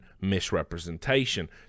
misrepresentation